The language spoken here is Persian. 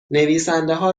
نویسندهها